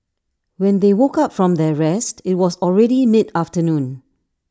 when they woke up from their rest IT was already mid afternoon